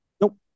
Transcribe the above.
Nope